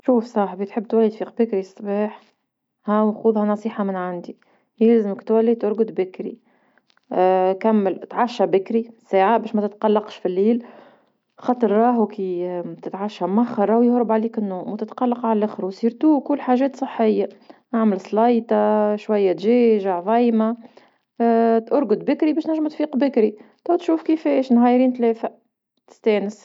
شوف صاحبي تحب تولي تفيق بكري صباح خوذها نصيحة من عندي، يلزمك تولي ترقد بكري كمل تعشى بكري ساعة باش ما تتقلقش في الليل، خاطر راهو كي تتعشى مخر راه يهرب عليك النوم وتتقلق على وخاصتا كل حاجات صحية، أعمل سليطة شوية دجاج عضيمة، أرقد بكري باش نجم تفيق بكري، توا تشوف كيفاش نهارين ثلاثة تستانس.